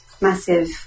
massive